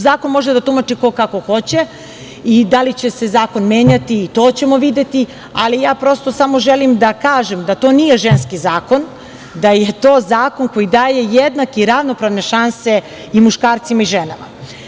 Zakon može da tumači ko kako hoće, i da li će se zakon menjati i to ćemo videti, ali ja prosto samo želim da kažem da to nije ženski zakon, da je to zakon koji daje jednake i ravnopravne šanse i muškarcima i ženama.